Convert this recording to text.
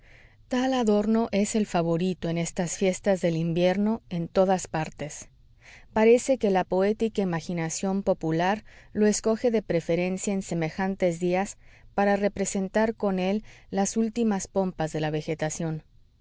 tal adorno es el favorito en estas fiestas del invierno en todas partes parece que la poética imaginación popular lo escoge de preferencia en semejantes días para representar con él las últimas pompas de la vegetación